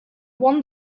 one